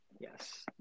Yes